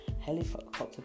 helicopter